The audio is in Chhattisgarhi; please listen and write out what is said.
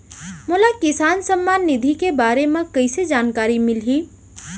मोला किसान सम्मान निधि के बारे म कइसे जानकारी मिलही?